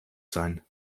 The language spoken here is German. sein